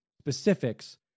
specifics